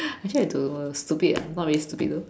is that do stupid ah not really stupid though